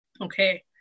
okay